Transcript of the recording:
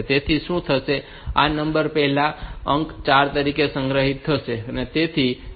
તેથી શું થશે કે આ નંબર પહેલા અંક 4 તરીકે સંગ્રહિત થશે